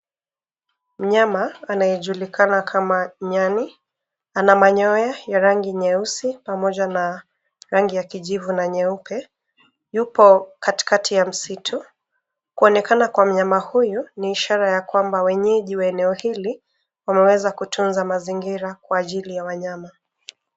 Mnyama anayejulikana kama nyani ana manyoya ya rangi nyeusi pamoja na rangu ya kijivu na nyeupe. Yupo katikati mwa msitu. Kuonekana Kwa mnyama huyu ni ishara ya kwamba wenyeji wa eneo hili wameweza kutunza mazingira kwa ajili ya wanyama.